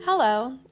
Hello